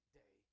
day